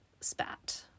spat